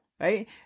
right